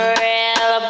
real